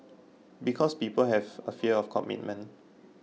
because people have a fear of commitment